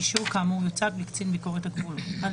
אישור כאמור יוצג לקצין ביקורת הגבולות: (א)